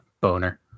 Boner